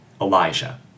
Elijah